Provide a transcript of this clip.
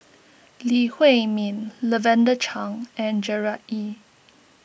Lee Huei Min Lavender Chang and Gerard Ee